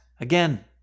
again